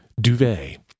duvet